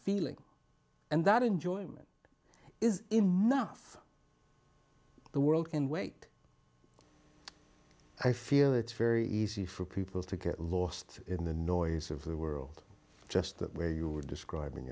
feeling and that enjoyment is enough the world can wait i feel it's very easy for people to get lost in the noise of the world just that where you were describing